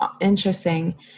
Interesting